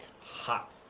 Hot